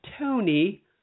Tony